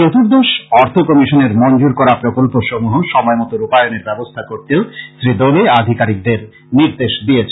চতুর্দশ অর্থ কমিশনের মঞ্জুর করা প্রকল্পসমূহ সময়মতো রূপায়ণের ব্যবস্থা করতেও শ্রী দোলে আধিকারিকদের নির্দেশ দিয়েছেন